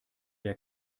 der